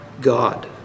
God